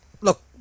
Look